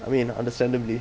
I mean understandably